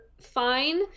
fine